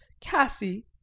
Cassie